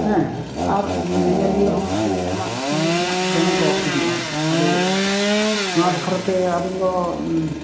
ᱦᱮᱸ ᱟᱨ ᱧᱮᱸᱧᱮᱸᱞᱤᱭᱟᱹ ᱦᱚᱸ ᱥᱩᱨ ᱠᱷᱚᱱᱟᱜ ᱥᱟᱺᱜᱤᱧ ᱠᱷᱚᱱᱟᱜ ᱫᱚᱢᱮ ᱠᱚ ᱦᱤᱡᱩᱜ ᱟ ᱟᱫᱚ ᱱᱚᱶᱟ ᱵᱚᱠᱷᱚᱨᱟ ᱛᱮ ᱟᱵᱮᱱ ᱫᱚ